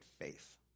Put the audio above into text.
faith